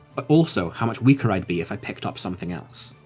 but also how much weaker i'd be if i picked up something else.